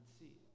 see